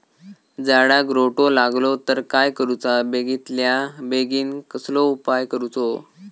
झाडाक रोटो लागलो तर काय करुचा बेगितल्या बेगीन कसलो उपाय करूचो?